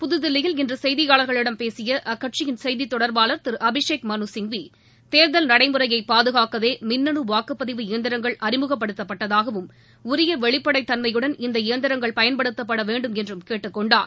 புதுதில்லியில் இன்று செய்தியாளர்களிடம் பேசிய அக்கட்சியின் செய்தித் தொடர்பாளர் திரு அபிஷேக் மனு சிங்வி தேர்தல் நடைமுறையை பாதுகாக்கவே மின்னனு வாக்குப் பதிவு இயந்திரங்கள் அறிமுகப்படுத்தப்பட்டதாகவும் உரிய வெளிப்படைத்தன்மையுடன் இந்த இயந்திரங்கள் பயன்படுத்தப்பட வேண்டும் என்றும் கேட்டுக் கொண்டார்